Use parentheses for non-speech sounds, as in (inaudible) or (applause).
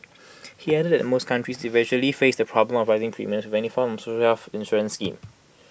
(noise) he added that most countries eventually face the problem of rising premiums with any form of social health insurance scheme